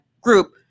group